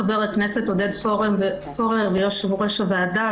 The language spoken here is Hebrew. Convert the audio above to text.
חה"כ פורר ויו"ר הוועדה,